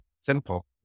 simple